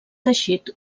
teixit